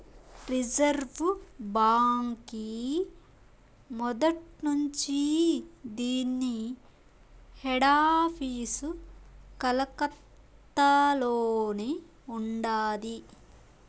reserve బాంకీ మొదట్నుంచీ దీన్ని హెడాపీసు కలకత్తలోనే ఉండాది